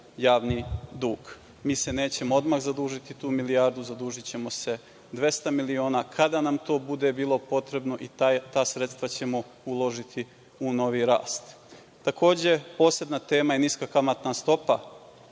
javni dug. Mi se nećemo odmah zadužiti tu milijardu, zadužićemo se 200 miliona kada nam to bude potrebno i ta sredstva ćemo uložiti u novi rast. Takođe, posebna tema je niska kamatna stopa